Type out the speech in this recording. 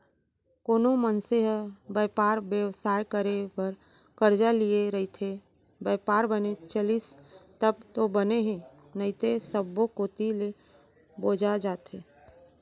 कोनो मनसे ह बयपार बेवसाय करे बर करजा लिये रइथे, बयपार बने चलिस तब तो बने हे नइते सब्बो कोती ले बोजा जथे